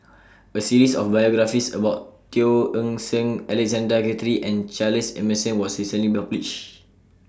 A series of biographies about Teo Eng Seng Alexander Guthrie and Charles Emmerson was recently published